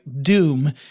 Doom